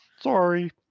Sorry